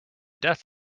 death